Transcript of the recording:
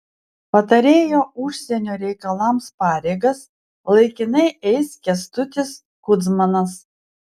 patarėjo užsienio reikalams pareigas laikinai eis kęstutis kudzmanas